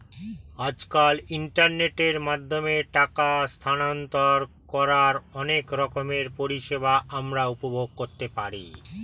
আজকাল ইন্টারনেটের মাধ্যমে টাকা স্থানান্তর করার অনেক রকমের পরিষেবা আমরা উপভোগ করতে পারি